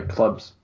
Clubs